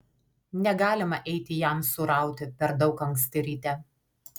negalima eiti jamsų rauti per daug anksti ryte